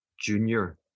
junior